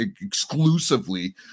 exclusively